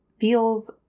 feels